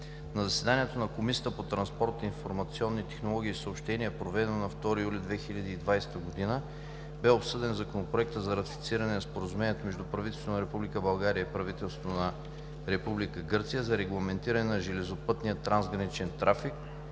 На заседание на Комисията по транспорт, информационни технологии и съобщения, проведено на 2 юли 2020 г., бе обсъден Законопроект за ратифициране на Споразумението между правителството на Република България и правителството на Република Гърция за регламентиране на железопътния трансграничен трафик,